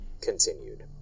Continued